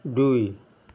দুই